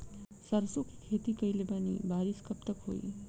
सरसों के खेती कईले बानी बारिश कब तक होई?